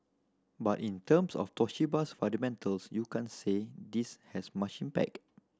but in terms of Toshiba's fundamentals you can't say this has much impact